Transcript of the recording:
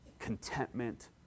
contentment